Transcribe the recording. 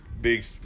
big